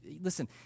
Listen